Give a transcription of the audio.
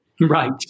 Right